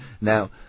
Now